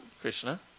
Krishna